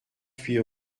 huit